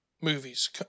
movies